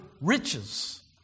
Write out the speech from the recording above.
riches